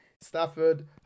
Stafford